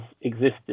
existed